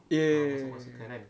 ya ya ya ya